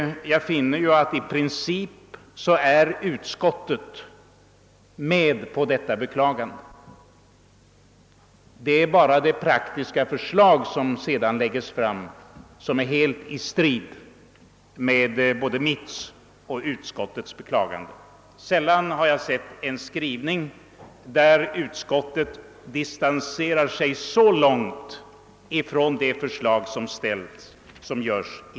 Jag finner att utskottet i princip delar detta beklagande. Det är bara det, att det praktiska förslag som sedan läggs fram helt strider mot både mitt och utskottets beklagande. Sällan har jag sett en skrivning, där utskottet distanserar sig så långt från det förslag som ställts.